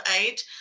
aid